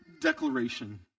declaration